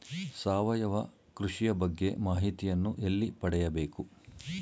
ಸಾವಯವ ಕೃಷಿಯ ಬಗ್ಗೆ ಮಾಹಿತಿಯನ್ನು ಎಲ್ಲಿ ಪಡೆಯಬೇಕು?